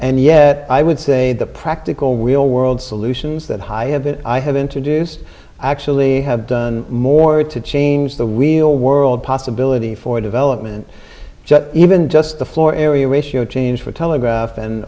and yet i would say the practical real world solutions that high have i have introduced actually have done more to change the real world possibility for development even just a floor area ratio change for telegraph and